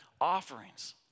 offerings